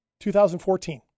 2014